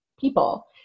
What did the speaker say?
people